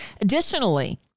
Additionally